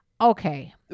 Okay